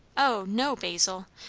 o no, basil!